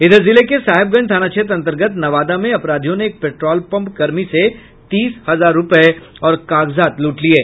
इधर जिले के साहेबगंज थाना क्षेत्र अंतर्गत नवादा में अपराधियों ने एक पेट्रोल पम्प कर्मी से तीस हजार रुपये और कागजात लूट लिये